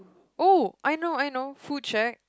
oh I know I know full check